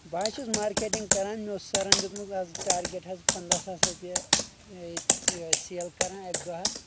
بہٕ حظ چھُس مارکیٹنٛگ کران مےٚ اوس سرن دِیُتمُت از ٹارگٮ۪ٹ حظ پنٛدہ ساس رۄپیہِ یہِ سیل کران اکہِ دۄہ حظ